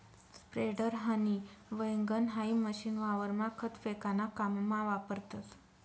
spreader, हनी वैगण हाई मशीन वावरमा खत फेकाना काममा वापरतस